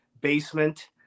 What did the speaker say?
basement